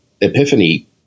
epiphany